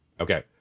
Okay